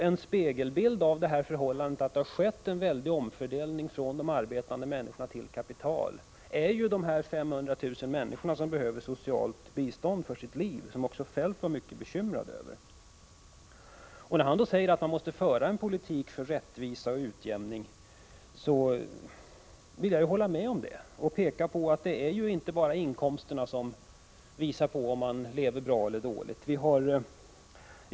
En spegelbild av det förhållandet att det har skett en stor omfördelning från de arbetande människorna till kapitalet är ju dessa 500 000 människor som behöver socialt bistånd för sitt liv, något som ju också Kjell-Olof Feldt var bekymrad över. När Kjell-Olof Feldt då säger att man måste föra en politik för rättvisa och utjämning håller jag med om det och pekar på att det inte bara är inkomsterna som visar om man lever bra eller dåligt.